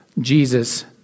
Jesus